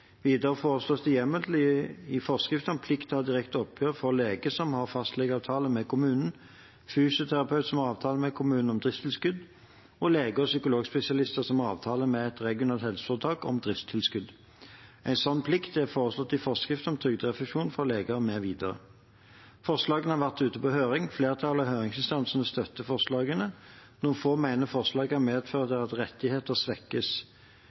Videre foreslås det hjemmel til å gi forskrift om plikt til å ha direkte oppgjør for leger som har fastlegeavtale med kommunen, fysioterapeuter som har avtale med kommunen om driftstilskudd, og lege- og psykologspesialister som har avtale med et regionalt helseforetak om driftstilskudd. En slik plikt er foreslått i forskrift om trygderefusjon for leger mv. Forslagene har vært ute på høring. Flertallet av høringsinstansene støtter forslagene. Noen få mener forslagene medfører at rettigheter svekkes. Det er